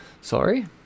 Sorry